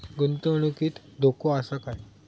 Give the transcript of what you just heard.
गुंतवणुकीत धोको आसा काय?